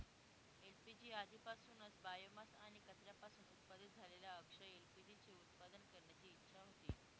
LPG आधीपासूनच biomass आणि कचऱ्यापासून उत्पादित झालेल्या अक्षय एल.पी.जी चे उत्पादन करण्याची इच्छा होती